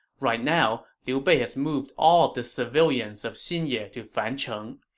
right now liu bei has moved all of the civilians of xinye to fancheng.